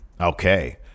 Okay